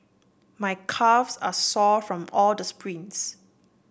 my calves are sore from all the sprints